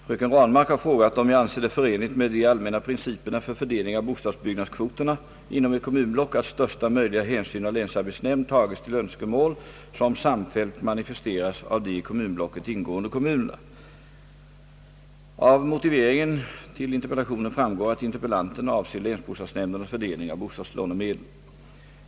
Herr talman! Fröken Ranmark har frågat om jag anser det förenligt med de allmänna principerna för fördelning av bostadsbyggnadskvoterna inom ett kommunblock att största möjliga hänsyn av länsarbetsnämnd tages till önskemål som samfällt manifesterats av de i kommunblocket ingående kommunerna. Av motiveringen till interpellationen framgår att interpellanten avser Jlänsbostadsnämndernas fördelning av bostadslånemedel.